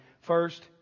First